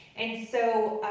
and so